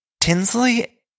Tinsley